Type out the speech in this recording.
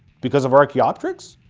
because of archaeopteryx?